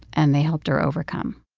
and they helped her overcome